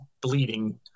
bleeding